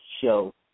show